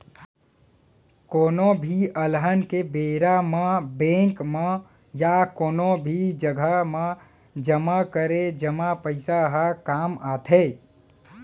कोनो भी अलहन के बेरा म बेंक म या कोनो भी जघा म जमा करे जमा पइसा ह काम आथे